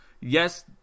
Yes